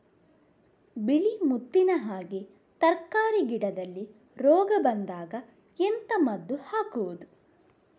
ಬಿಳಿ ಮುತ್ತಿನ ಹಾಗೆ ತರ್ಕಾರಿ ಗಿಡದಲ್ಲಿ ರೋಗ ಬಂದಾಗ ಎಂತ ಮದ್ದು ಹಾಕುವುದು?